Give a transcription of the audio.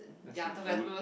that's rude